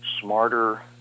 smarter